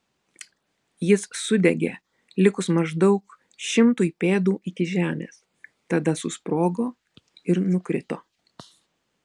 jis sudegė likus maždaug šimtui pėdų iki žemės tada susprogo ir nukrito